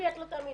את לא תאמיני,